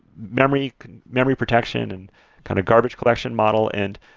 memory memory protection and kind of garbage collection model and